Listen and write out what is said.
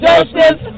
Justice